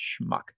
schmuck